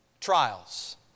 trials